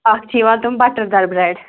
اکھ چھِ یِوان تم بَٹَر دار برٛٮ۪ڈ